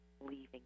leaving